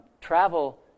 travel